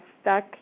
stuck